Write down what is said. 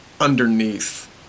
underneath